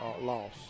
loss